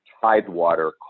Tidewater